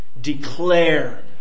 declare